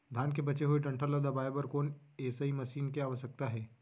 धान के बचे हुए डंठल ल दबाये बर कोन एसई मशीन के आवश्यकता हे?